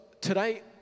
today